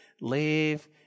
leave